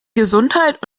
gesundheit